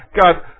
God